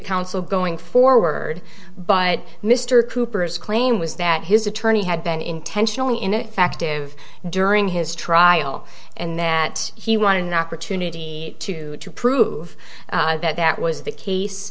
counsel going forward but mr cooper's claim was that his attorney had been intentionally ineffective during his trial and that he wanted an opportunity to prove that that was the case